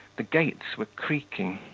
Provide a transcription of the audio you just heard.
the gates were creaking,